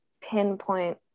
pinpoint